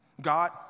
God